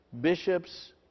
Bishops